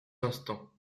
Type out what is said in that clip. instants